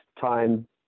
time